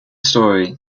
story